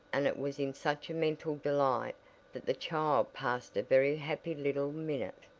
and it was in such a mental delight that the child passed a very happy little minute.